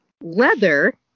leather